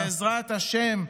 בעזרת השם,